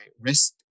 risk